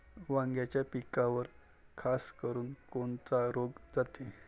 वांग्याच्या पिकावर खासकरुन कोनचा रोग जाते?